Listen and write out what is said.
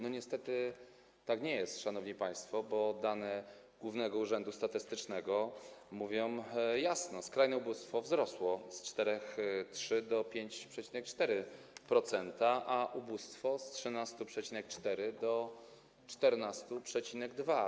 Niestety tak nie jest, szanowni państwo, dane Głównego Urzędu Statystycznego mówią jasno: skrajne ubóstwo wzrosło z 4,3 do 5,4%, a ubóstwo - z 13,4 do 14,2.